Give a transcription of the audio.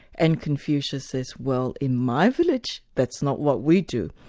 and confucius says, well in my village, that's not what we do.